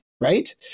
right